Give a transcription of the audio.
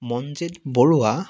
Manjit Barua